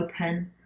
open